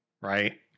Right